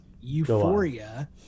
Euphoria